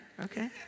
Okay